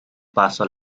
paso